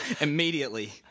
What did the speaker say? Immediately